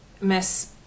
Miss